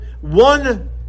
one